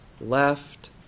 left